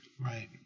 right